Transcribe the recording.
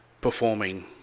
performing